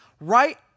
Right